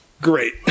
Great